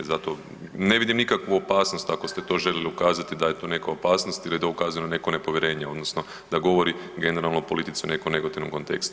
Zato ne vidim nikakvu opasnost ako ste to željeli ukazati da to neka opasnost ili da ukazuje na neko nepovjerenje odnosno da govori generalno o politici u nekom negativnom kontekstu.